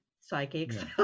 psychics